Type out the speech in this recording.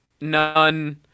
None